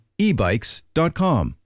ebikes.com